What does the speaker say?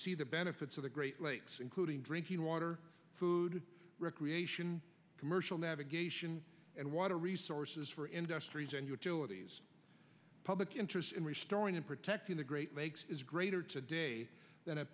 ve the benefits of the great lakes including drinking water food recreation commercial navigation and water resources for industries and utilities public interest in restoring and protecting the great lakes is greater today than